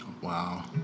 Wow